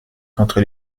contre